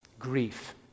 Grief